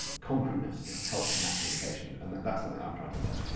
concreteness yeah helps in that communication and that's something i'm trying to learn.